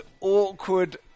awkward